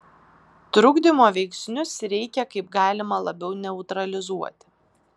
trukdymo veiksnius reikia kaip galima labiau neutralizuoti